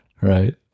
Right